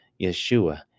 Yeshua